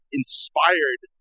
inspired